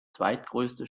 zweitgrößte